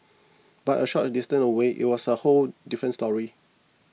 but a short a distance away it was a whole different story